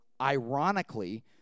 Ironically